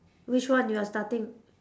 which one you are starting